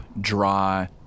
dry